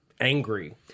angry